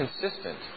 consistent